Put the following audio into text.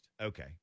Okay